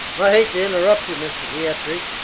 i hate to interrupt you, mr. vietri,